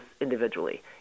individually